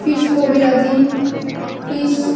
fish kabiraji fish